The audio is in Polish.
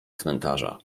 cmentarza